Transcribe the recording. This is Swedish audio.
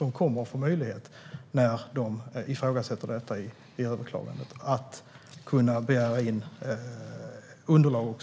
När de i överklagandet ifrågasätter beslutet kommer de att få möjlighet att begära in detta underlag.